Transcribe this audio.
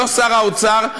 לא שר האוצר.